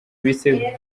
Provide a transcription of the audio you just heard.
bise